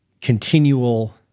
continual